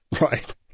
Right